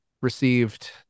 received